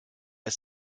ist